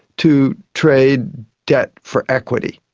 to trade debt for equity.